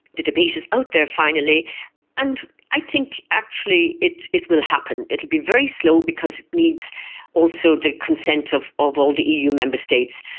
the debate is out there finally and i think actually it it will happen. it will be very slow because it needs also the consent of of all the eu member states,